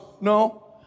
No